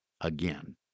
again